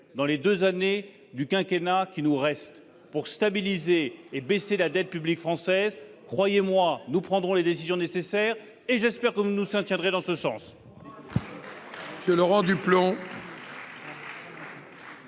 dans les deux années restantes du quinquennat pour stabiliser et baisser la dette publique française. Croyez-moi, nous prendrons les décisions nécessaires, et j'espère que vous nous soutiendrez dans ce sens.